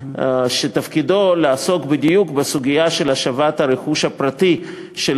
שתפקידו לעסוק בדיוק בסוגיה של השבת הרכוש הפרטי של